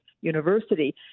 university